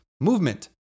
movement